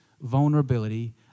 vulnerability